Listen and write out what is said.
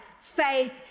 faith